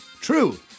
True